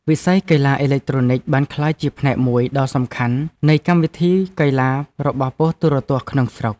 វិស័យកីឡាអេឡិចត្រូនិកបានក្លាយជាផ្នែកមួយដ៏សំខាន់នៃកម្មវិធីកីឡារបស់ប៉ុស្តិ៍ទូរទស្សន៍ក្នុងស្រុក។